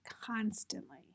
constantly